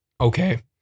okay